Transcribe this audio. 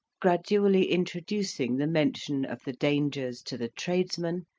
gradually introducing the mention of the dangers to the tradesmen,